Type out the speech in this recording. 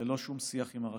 ללא שום שיח עם הרשויות.